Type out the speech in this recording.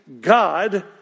God